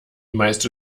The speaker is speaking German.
meiste